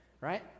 right